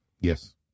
Yes